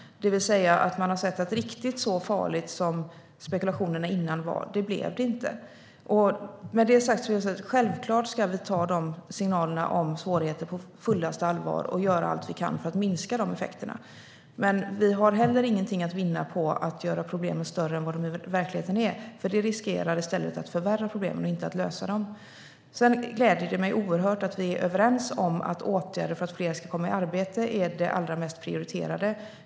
De har sett att riktigt så farligt som spekulationerna innan var blev det inte. Med det sagt ska vi självklart ta signalerna om svårigheter på fullaste allvar och göra allt vi kan för att minska effekterna. Men vi har heller ingenting att vinna på att göra problemen större än vad de i verkligheten är. Det riskerar i stället att förvärra problemen, inte att lösa dem. Det gläder mig oerhört att vi är överens om att åtgärder för att fler ska komma i arbete är det allra mest prioriterade.